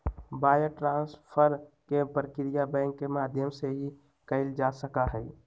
wire transfer के प्रक्रिया bank के माध्यम से ही कइल जा सका हई